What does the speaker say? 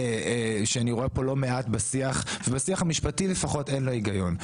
שאני רואה כאן לא מעט בשיח שבשיח המשפטי לפחות אין לו הגיון.